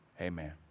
Amen